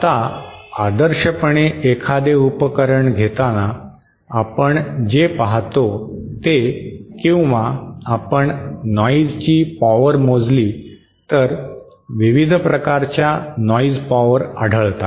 आता आदर्शपणे एखादे उपकरण घेताना आपण जे पाहतो ते किंवा आपण नॉइजची पॉवर मोजली तर विविध प्रकारच्या नॉइज पॉवर आढळतात